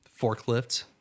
forklift